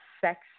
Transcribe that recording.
sex